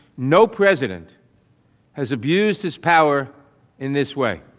no president has abused his power in this way.